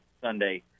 Sunday